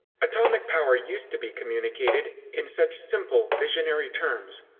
atomic power used to be communicated in such simple visionary terms.